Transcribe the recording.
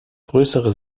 größere